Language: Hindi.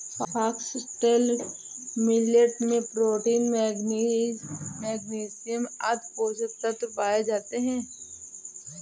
फॉक्सटेल मिलेट में प्रोटीन, मैगनीज, मैग्नीशियम आदि पोषक तत्व पाए जाते है